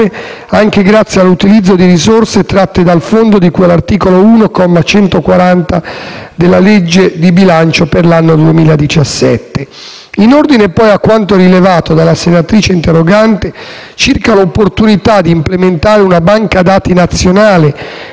anche grazie all'utilizzo di risorse tratte dal fondo di cui all'articolo 1, comma 140 della legge di bilancio per l'anno 2017. In ordine poi a quanto rilevato dalla senatrice interrogante circa l'opportunità di implementare una banca dati nazionale